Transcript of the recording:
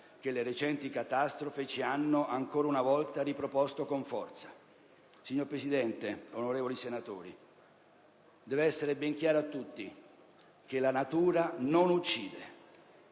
che le recenti catastrofi ci hanno ancora una volta riproposto con forza. Signor Presidente, onorevoli senatori, deve essere ben chiaro a tutti che la natura non uccide;